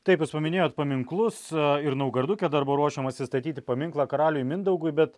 taip jūs paminėjot paminklus ir naugarduke dar buvo ruošiamasi statyti paminklą karaliui mindaugui bet